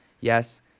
Yes